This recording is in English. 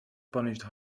punished